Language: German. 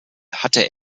hatte